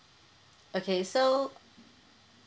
okay so